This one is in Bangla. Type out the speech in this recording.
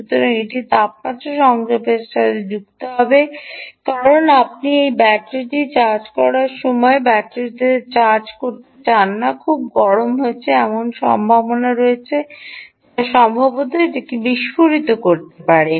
সুতরাং এটি তাপমাত্রা সংবেদকের সাথে সংযুক্ত হবে কারণ আপনি ব্যাটারিটি চার্জ করার সময় ব্যাটারিতে চার্জ করতে চান না খুব গরম রয়েছে এমন সম্ভাবনা রয়েছে যা সম্ভবত এটি বিস্ফোরিত হতে পারে